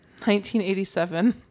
1987